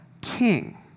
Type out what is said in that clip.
king